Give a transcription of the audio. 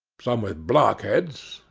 some with block heads,